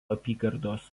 apygardos